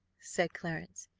said clarence,